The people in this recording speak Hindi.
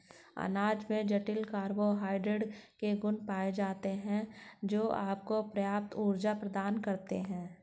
अनाज में जटिल कार्बोहाइड्रेट के गुण पाए जाते हैं, जो आपको पर्याप्त ऊर्जा प्रदान करते हैं